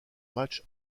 match